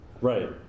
Right